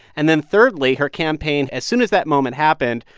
and then thirdly, her campaign, as soon as that moment happened,